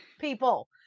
people